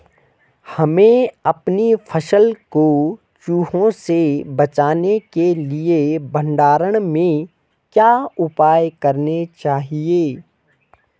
हमें अपनी फसल को चूहों से बचाने के लिए भंडारण में क्या उपाय करने चाहिए?